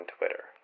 Twitter